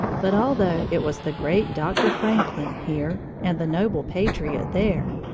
but although it was the great doctor franklin here, and the noble patriot there,